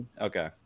Okay